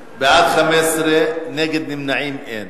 בעד, 15, נגד ונמנעים, אין.